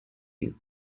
you